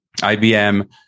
IBM